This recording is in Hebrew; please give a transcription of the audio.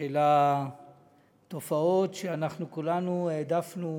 של התופעות שאנחנו כולנו העדפנו